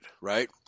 right